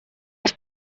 els